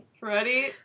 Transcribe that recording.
Ready